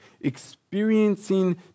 experiencing